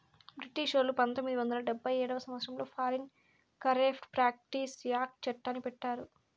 బ్రిటిషోల్లు పంతొమ్మిది వందల డెబ్భై ఏడవ సంవచ్చరంలో ఫారిన్ కరేప్ట్ ప్రాక్టీస్ యాక్ట్ చట్టాన్ని పెట్టారు